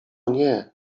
nie